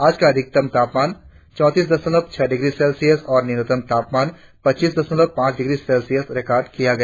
आज का अधिकतम तापमान चौतीस दशमलव छह डिग्री सेल्सियस और न्यूनतम तापमान पच्चीस दशमलव पांच डिग्री सेल्सियस रिकार्ड किया गया